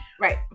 Right